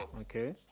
Okay